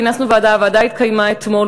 כינסנו את הוועדה, הישיבה התקיימה אתמול.